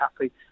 happy